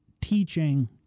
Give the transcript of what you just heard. teaching